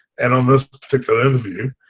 and on this particular interview,